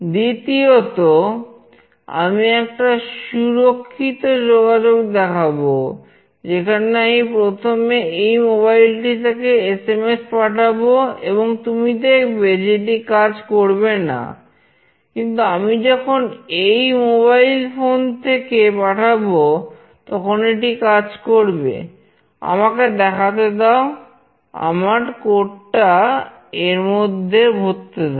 দ্বিতীয়তঃ আমি একটা সুরক্ষিত যোগাযোগ দেখাবো যেখানে আমি প্রথমে এই মোবাইল টা এরমধ্যে ভরতে দাও